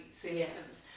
symptoms